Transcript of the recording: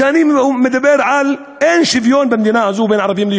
כשאני דיברתי על זה שאין שוויון במדינה הזאת בין יהודים לערבים,